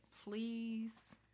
Please